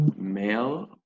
male